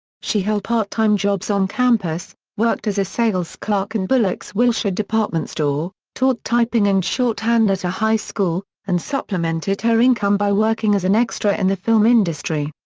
she held part-time jobs on campus, worked as a sales clerk in bullock's-wilshire department store, taught typing and shorthand at a high school, and supplemented her income by working as an extra in the film industry.